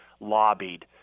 Lobbied